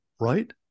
right